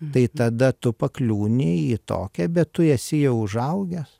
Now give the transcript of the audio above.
tai tada tu pakliūni į tokią be tu esi jau užaugęs